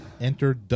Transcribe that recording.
Enter